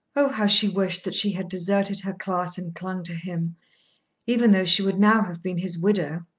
oh, how she wished that she had deserted her class, and clung to him even though she should now have been his widow.